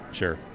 sure